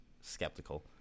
skeptical